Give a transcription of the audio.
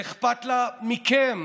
שאכפת לה מכם,